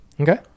Okay